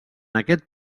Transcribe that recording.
aquest